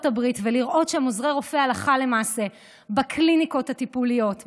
הברית ולראות שם עוזרי רופא הלכה למעשה בקליניקות הטיפוליות,